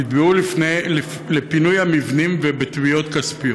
נתבעו לפינוי המבנים ובתביעות כספיות.